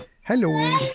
hello